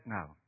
now